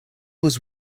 was